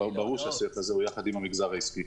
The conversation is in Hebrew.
ברור --- הוא יחד עם המגזר העסקי.